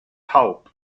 taub